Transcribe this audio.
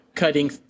cutting